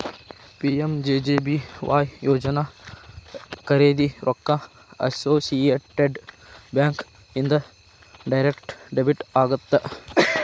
PMJJBY ಯೋಜನಾ ಖರೇದಿ ರೊಕ್ಕ ಅಸೋಸಿಯೇಟೆಡ್ ಬ್ಯಾಂಕ್ ಇಂದ ಡೈರೆಕ್ಟ್ ಡೆಬಿಟ್ ಆಗತ್ತ